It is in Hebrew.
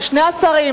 שני השרים,